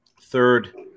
third